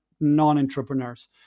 non-entrepreneurs